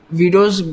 videos